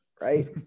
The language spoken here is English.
Right